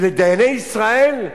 ולדייני ישראל,